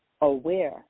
aware